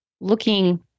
looking